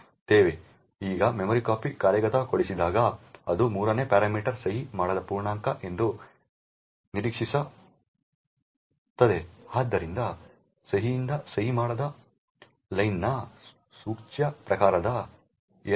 ಈಗ memcpy ಕಾರ್ಯಗತಗೊಳಿಸಿದಾಗ ಅದು 3 ನೇ ಪ್ಯಾರಾಮೀಟರ್ ಸಹಿ ಮಾಡದ ಪೂರ್ಣಾಂಕ ಎಂದು ನಿರೀಕ್ಷಿಸುತ್ತದೆ ಆದ್ದರಿಂದ ಸಹಿಯಿಂದ ಸಹಿ ಮಾಡದ ಲೆನ್ನ ಸೂಚ್ಯ ಪ್ರಕಾರದ ಎರಕವಿದೆ